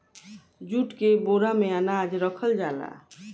jute के बोरा में अनाज रखल जाला